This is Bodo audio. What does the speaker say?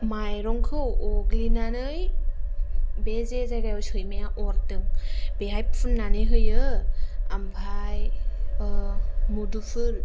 माइरंखौ अरग्लिनानै बे जे जायगायाव सैमाया अरदों बेहाय फुननानै होयो ओमफाय मुदुमफुल